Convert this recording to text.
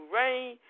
rain